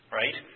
right